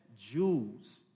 Jews